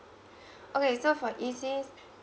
okay so for E_C's